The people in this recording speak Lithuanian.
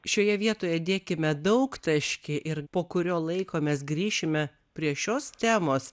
šioje vietoje dėkime daugtaškį ir po kurio laiko mes grįšime prie šios temos